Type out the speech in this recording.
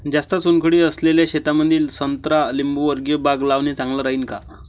जास्त चुनखडी असलेल्या शेतामंदी संत्रा लिंबूवर्गीय बाग लावणे चांगलं राहिन का?